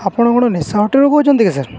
ଆପଣ କ'ଣ ନିଶା ହୋଟେଲ୍ରୁ କହୁଛନ୍ତି କି ସାର୍